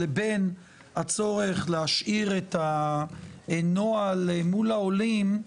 לבין הצורך להשאיר את הנוהל מול העולים,